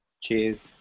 Cheers